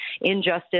injustice